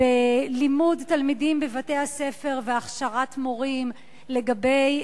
בלימוד תלמידים בבתי-הספר והכשרת מורים לגבי